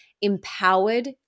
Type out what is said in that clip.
empowered